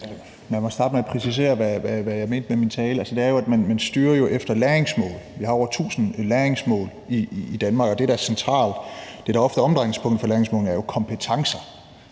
Lad mig starte med at præcisere, hvad jeg mente med min tale. Altså, det handler jo om, at man styrer efter læringsmål. Vi har over 1.000 læringsmål i Danmark, og det, der er centralt, og det, der ofte er omdrejningspunktet for læringsmålene, er jo kompetencer.